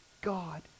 God